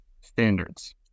standards